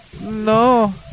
No